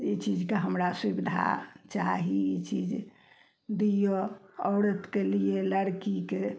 ई चीजके हमरा सुविधा चाही ई चीज दिअ औरतके लिए लड़कीके